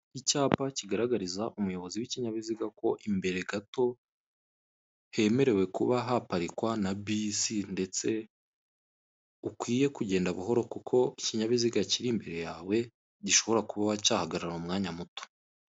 Icyapa kigaragariza umuyobozi w'ibinyabiziga ko imbere gato hemerewe kuba haparikwa na bisi, ndetse ukwiye kugenda buhoro kuko ikinyabiziga Kiri imbere yawe gishobora kuba cyahagarara mumwanya muto.